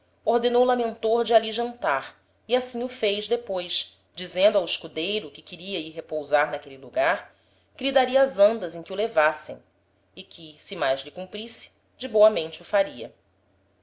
ordenou lamentor de ali jantar e assim o fez depois dizendo ao escudeiro que queria ir repousar n'aquele lugar que lhe daria as andas em que o levassem e que se mais lhe cumprisse de boamente o faria